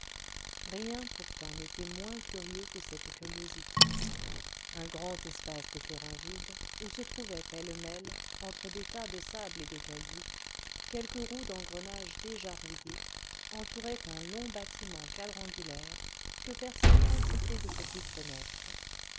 rien pourtant n'était moins curieux que cette curiosité un grand espace de terrain vide où se trouvaient pêle-mêle entre des tas de sable et de cailloux quelques roues d'engrenage déjà rouillées entourait un long bâtiment quadrangulaire que perçaient quantité de petites fenêtres